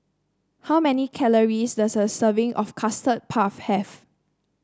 how many calories does a serving of Custard Puff have